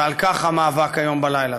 ועל כך המאבק הלילה.